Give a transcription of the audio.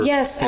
Yes